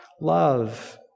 love